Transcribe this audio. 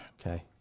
Okay